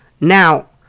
now,